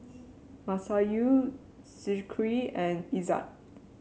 Masayu Zikri and Izzat